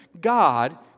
God